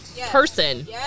person